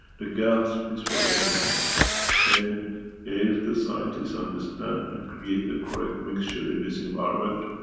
the gas is for energy and if the scientists understand and create the correct mixture in this environment,